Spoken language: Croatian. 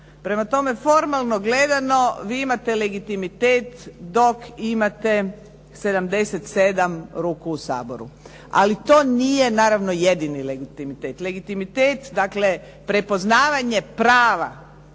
Prema tome, vi imate legitimitet dok imate 77 ruku u Saboru. Ali to nije naravno jedini legitimitet. Legitimitet dakle prepoznavanje prava